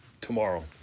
tomorrow